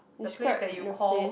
the place that you call